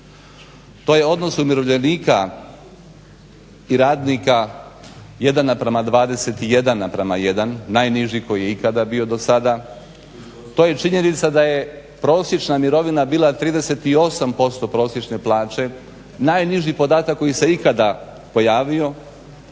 to je odnos umirovljenika i radnika 1:21 naprama 1 najniži koji je ikada bio do sada. To je činjenica da je prosječna mirovina bila 38% prosječne plaće. Najniži podatak koji se ikada pojavio,